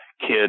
kid